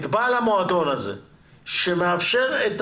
את בעל המועדון הזה שמאפשר את